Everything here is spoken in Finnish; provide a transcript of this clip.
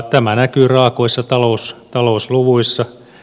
tämä näkyy raaoissa talousluvuissa